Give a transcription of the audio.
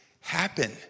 happen